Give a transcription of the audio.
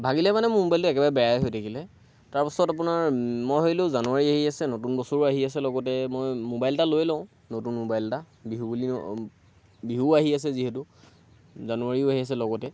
ভাগিলে মানে মোৰ ম'বাইলটো একেবাৰে বেয়াই হৈ থাকিলে তাৰপিছত আপোনাৰ মই ভাৱিছিলোঁ জানুৱাৰী আহি আছে নতুন বছৰো আহি আছে লগতে মই ম'বাইল এটা লৈ লওঁ নতুন ম'বাইল এটা বিহু বুলি বিহুও আহি আছে যিহেতু জানুৱাৰীও আহি আছে লগতে